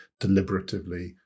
deliberatively